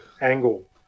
angle